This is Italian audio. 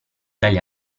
dalle